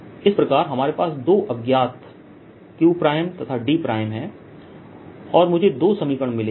इस प्रकार हमारे पास दो अज्ञात qतथा dहै और मुझे दो समीकरण मिले हैं